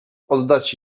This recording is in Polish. oddać